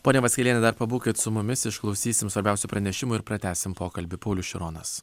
ponia vaskeliene dar pabūkit su mumis išklausysim svarbiausių pranešimų ir pratęsim pokalbį paulius šironas